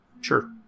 sure